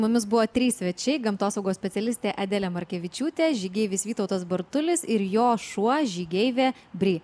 mumis buvo trys svečiai gamtosaugos specialistė adelė markevičiūtė žygeivis vytautas bartulis ir jo šuo žygeivė bri